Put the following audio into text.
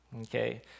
okay